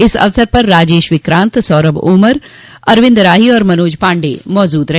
इस अवसर पर राजेश विक्रान्त सौरभ ओमर अरविन्द राही और मनोज पाण्डेय मौजूद रहे